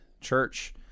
church